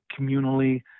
communally